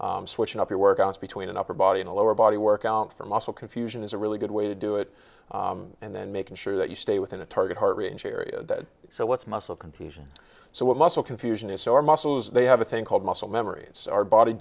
combined switching up your workouts between an upper body and lower body workout for muscle confusion is a really good way to do it and then making sure that you stay within a target heart rate and chariot so what's muscle confusion so what muscle confusion is sore muscles they have a thing called muscle memory it's our body